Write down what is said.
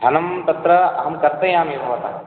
धनं तत्र अहं कर्तयामि भवतः